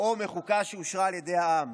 או מחוקה שאושרה על ידי העם,